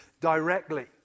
directly